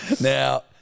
Now